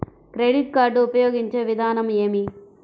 Credit card ఉపయోగించే విధానం ఏమి?